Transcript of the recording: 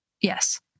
Yes